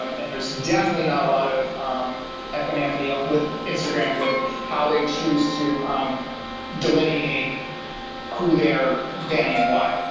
um and there's definitely not a lot of equanimity up with instagram with how they choose to delineate who they're banning and why.